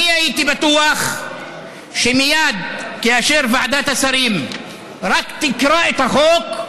אני הייתי בטוח שמייד כאשר ועדת השרים רק תקרא את החוק,